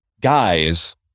guys